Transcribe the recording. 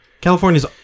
California's